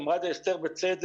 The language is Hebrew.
אמרה את זה אסתר בצדק.